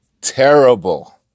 terrible